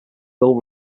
bill